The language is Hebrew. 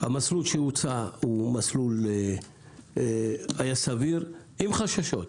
המסלול שהוצע הוא מסלול סביר עם חששות.